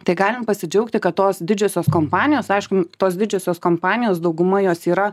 tai galim pasidžiaugti kad tos didžiosios kompanijos aišku tos didžiosios kompanijos dauguma jos yra